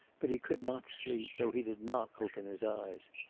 but he could not sleep, though he did not open his eyes.